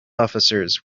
officers